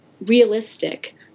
realistic